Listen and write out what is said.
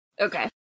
Okay